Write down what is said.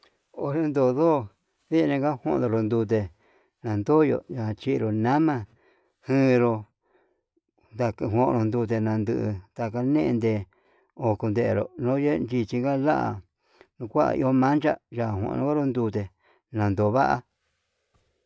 Onre jon ndo'o nienega kuendo non ndute. nandoyo nachinro nama kenro ndadeko ndute nanduu, taka ñende ukoñenro nuye ndichinga na'a kua iho mancha, ya'a onro ndute nandova'a.